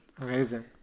amazing